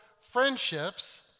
friendships